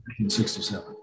1967